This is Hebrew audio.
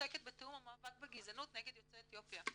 עוסקת בתיאום המאבק בגזענות נגד יוצאי אתיופיה.